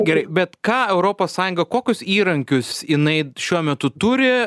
gerai bet ką europos sąjunga kokius įrankius jinai šiuo metu turi